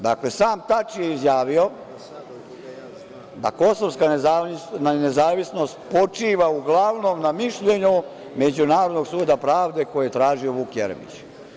Dakle, sam Tači je izjavio da kosovska nezavisnost počiva na mišljenju Međunarodnog suda pravde koji je tražio Vuk Jeremić.